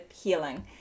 healing